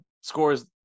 scores